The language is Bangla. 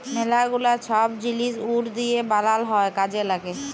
ম্যালা গুলা ছব জিলিস উড দিঁয়ে বালাল হ্যয় কাজে ল্যাগে